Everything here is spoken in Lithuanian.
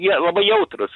jie labai jautrūs